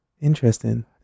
interesting